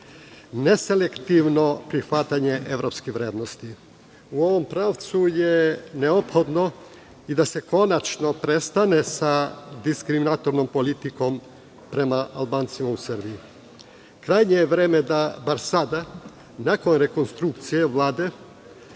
neselektivno prihvatanje evropske vrednosti. U ovom pravcu je neophodno i da se konačno prestane sa diskriminatornom politikom prema Albancima u Srbiji. Krajnje je vreme da bar sada, nakon rekonstrukcije Vlade,